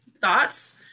thoughts